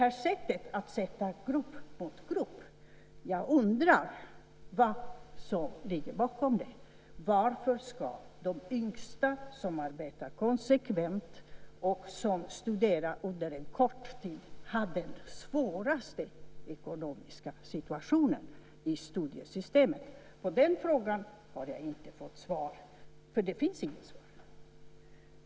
Jag undrar vad som ligger bakom att man sätter grupp mot grupp. Varför ska de yngsta, som arbetar konsekvent och som studerar under en kort tid, ha den svåraste ekonomiska situationen i studiesystemet? På den frågan har jag inte fått svar, för det finns inget svar.